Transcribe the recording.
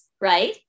right